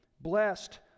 Blessed